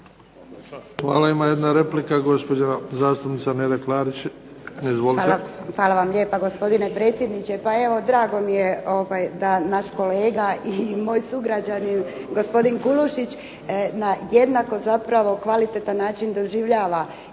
Hvala. Ima jedna replika, gospođa zastupnica Neda Klarić.